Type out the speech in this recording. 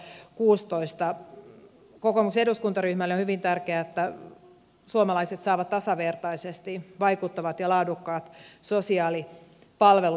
kokoomuksen eduskuntaryhmälle on hyvin tärkeää että suomalaiset saavat tasavertaisesti vaikuttavat ja laadukkaat sosiaalipalvelut